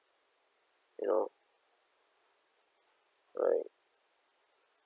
you know right